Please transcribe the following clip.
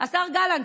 השר גלנט.